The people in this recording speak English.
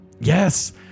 Yes